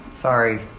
sorry